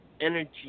energy